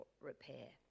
repair